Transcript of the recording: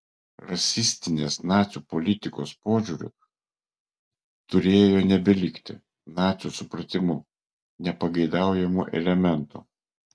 rasistinės nacių politikos požiūriu turėjo nebelikti nacių supratimu nepageidaujamų elementų